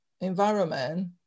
environment